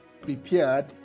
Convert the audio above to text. prepared